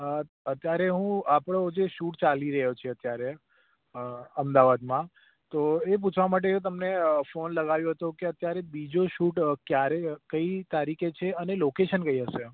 અ અત્યારે હું આપણો જે શૂટ ચાલી રહ્યો છે અત્યારે અમદાવાદમાં તો એ પૂછવા માટે તમને ફોન લગાવ્યો હતો કે અત્યારે બીજો શૂટ ક્યારે કઈ તારીખે છે અને લોકેશન કઈ હશે